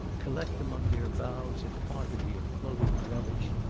collect among their boughs a quantity of floating rubbish,